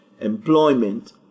employment